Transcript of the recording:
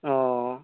অ'